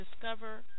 discover